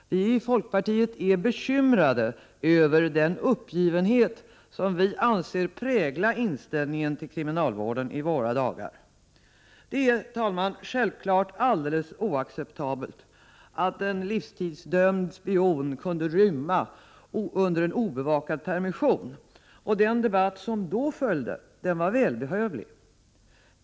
Vi i folkpartiet är bekymrade över den uppgivenhet som vi anser prägla inställningen till kriminalvården i våra dagar. Herr talman! Det är självfallet oacceptabelt att en livstidsdömd spion kunde rymma under en obevakad permission, och den debatt som då följde var välbehövlig.